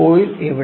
coil എവിടെ